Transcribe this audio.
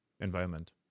environment